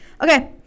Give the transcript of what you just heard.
okay